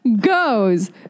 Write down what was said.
Goes